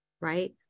right